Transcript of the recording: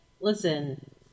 listen